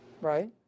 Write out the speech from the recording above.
right